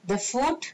the food